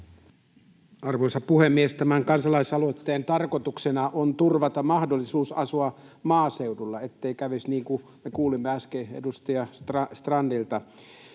Arvoisa puhemies! Tämän kansalaisaloitteen tarkoituksena on turvata mahdollisuus asua maaseudulla, ettei kävisi niin kuin me kuulimme äsken edustaja Strandilta.